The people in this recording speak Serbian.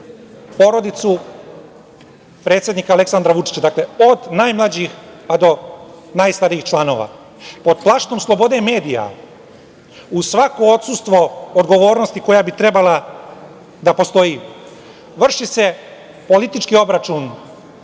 porodicu predsednika Aleksandra Vučića, od najmlađih pa do najstarijih članova. Pod plaštom slobode medija, uz svako odsustvo odgovornosti koja bi trebala da postoji, vrši se politički obračun